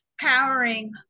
powering